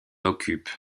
occupent